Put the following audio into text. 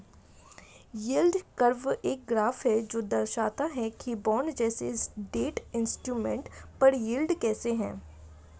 yield curve एक graph है जो दर्शाता है कि बॉन्ड जैसे डेट इंस्ट्रूमेंट पर यील्ड कैसे है